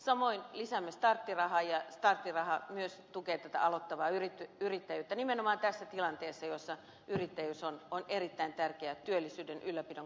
samoin lisäämme starttirahaa ja starttiraha myös tukee tätä aloittavaa yrittäjyyttä nimenomaan tässä tilanteessa jossa yrittäjyys on erittäin tärkeä työllisyyden ylläpidon kannalta